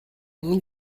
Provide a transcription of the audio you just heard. mon